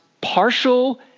partial